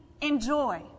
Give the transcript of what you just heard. enjoy